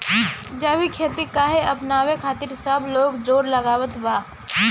जैविक खेती काहे अपनावे खातिर सब लोग जोड़ लगावत बा?